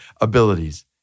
abilities